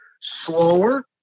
slower